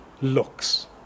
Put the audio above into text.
looks